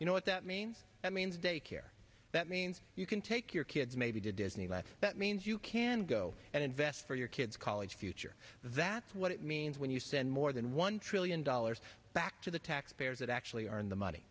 you know what that means that means daycare that means you can take your kids maybe to disneyland that means you can go and invest for your kid's college future that's what it means when you send more than one trillion dollars back to the taxpayers that actually are in the money